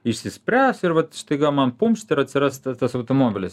išsispręs ir vat staiga man pumšt ir atsiras ta tas automobilis